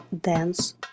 dance